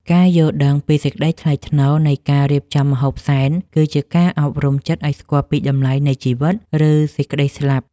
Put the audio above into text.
ការយល់ដឹងពីសេចក្តីថ្លៃថ្នូរនៃការរៀបចំម្ហូបសែន គឺជាការអប់រំចិត្តឱ្យស្គាល់ពីតម្លៃនៃជីវិត ឬសេចក្តីស្លាប់។